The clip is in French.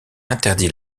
interdit